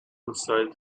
inside